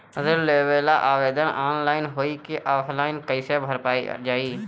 ऋण लेवेला आवेदन ऑनलाइन होई की ऑफलाइन कइसे भरल जाई?